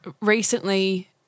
recently